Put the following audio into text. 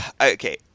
Okay